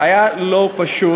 היה לא פשוט.